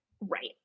Right